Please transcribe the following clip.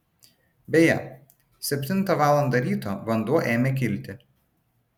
beje septintą valandą ryto vanduo ėmė kilti